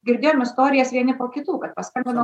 girdėjom istorijas vieni po kitų kad paskambino